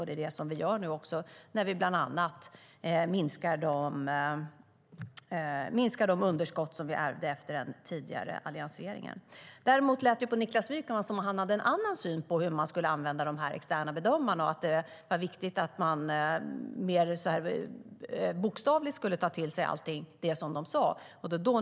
Det är också det vi gör när vi bland annat minskar de underskott som vi ärvde efter den tidigare alliansregeringen. Det lät på Niklas Wykman som att han hade en annan syn på hur man skulle använda de externa bedömarna. Det var viktigt att man mer bokstavligt skulle ta till sig allting som de sa.